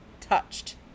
touched